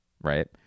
right